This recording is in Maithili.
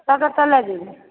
कत्तऽ कतऽ लए जेबै